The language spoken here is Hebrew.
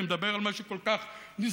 אני מדבר על משהו כל כך נשגב,